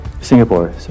Singapore